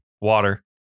Water